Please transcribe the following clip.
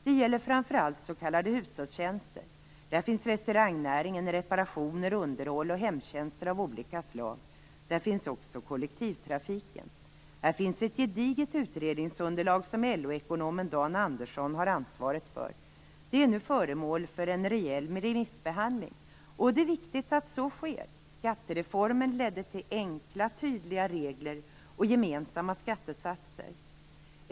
Det gäller framför allt s.k. hushållstjänster. Det gäller också restaurangnäring, reparationer, underhåll och hemtjänster av olika slag samt kollektivtrafik. Det finns ett gediget utredningsunderlag som LO-ekonomen Dan Andersson har ansvaret för. Det är nu föremål för en rejäl remissbehandling. Det är viktigt att så sker. Skattereformen ledde till enkla tydliga regler och gemensamma skattesatser.